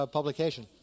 publication